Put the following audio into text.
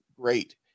great